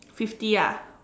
fifty ah